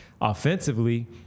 offensively